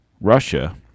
Russia